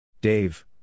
Dave